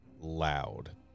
loud